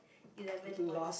eleven one